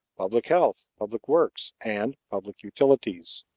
public health, public works, and public utilities.